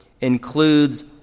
includes